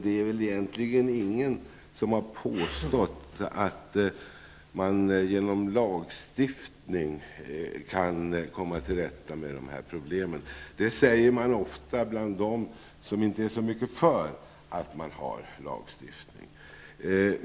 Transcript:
Det är väl ingen som har påstått att man genom lagstiftning kan komma till rätta med de här problemen. Detta sägs ofta av dem som inte är så mycket för lagstiftning.